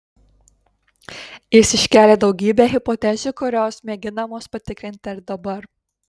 jis iškėlė daugybę hipotezių kurios mėginamos patikrinti ir dabar